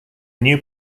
new